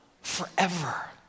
Forever